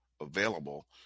available